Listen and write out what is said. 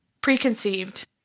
preconceived